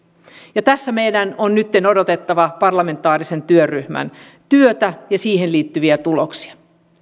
tässä meidän on nytten odotettava parlamentaarisen työryhmän työtä ja siihen liittyviä tuloksia